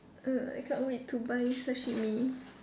err I can't wait to buy sashimi